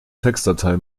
textdatei